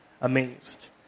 amazed